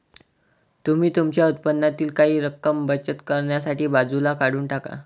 तुम्ही तुमच्या उत्पन्नातील काही रक्कम बचत करण्यासाठी बाजूला काढून टाका